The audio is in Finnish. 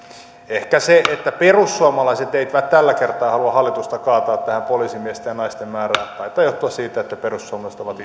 niin se että perussuomalaiset eivät tällä kertaa halua hallitusta kaataa poliisimiesten ja naisten määrään taitaa johtua siitä että perussuomalaiset ovat